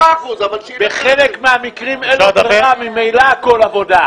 בחלק מהמקרים אין לו ברירה וממילא הכול עבודה.